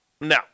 No